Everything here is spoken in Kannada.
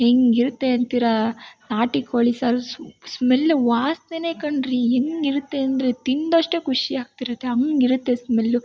ಹೇಗಿರುತ್ತೆ ಅಂತೀರಾ ನಾಟಿ ಕೋಳಿ ಸಾರು ಸ್ಮೆಲ್ ವಾಸನೆನೆ ಕಂಡ್ರಿ ಹೆಂಗಿರುತ್ತೆ ಅಂದರೆ ತಿಂದಷ್ಟೇ ಖುಷಿಯಾಗ್ತಿರುತ್ತೆ ಹಾಗಿರುತ್ತೆ ಸ್ಮೆಲ್ಲು